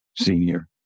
senior